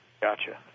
Gotcha